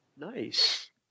Nice